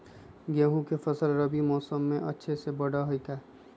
गेंहू के फ़सल रबी मौसम में अच्छे से बढ़ हई का?